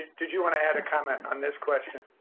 did you want to add a comment on this question?